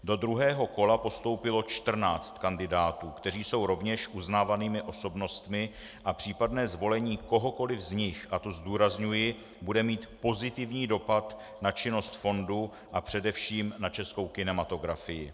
Do druhého kola postoupilo čtrnáct kandidátů, kteří jsou rovněž uznávanými osobnostmi a případné zvolení kohokoliv z nich, a to zdůrazňuji, bude mít pozitivní dopad na činnost fondu a především na českou kinematografii.